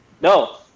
No